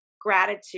gratitude